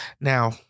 Now